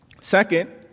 Second